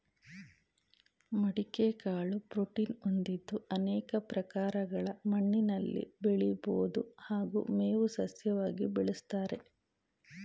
ಮಡಿಕೆ ಕಾಳು ಪ್ರೋಟೀನ್ ಹೊಂದಿದ್ದು ಅನೇಕ ಪ್ರಕಾರಗಳ ಮಣ್ಣಿನಲ್ಲಿ ಬೆಳಿಬೋದು ಹಾಗೂ ಮೇವು ಸಸ್ಯವಾಗಿ ಬೆಳೆಸ್ತಾರೆ